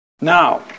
Now